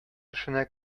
эшенә